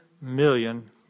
million